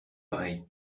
pareil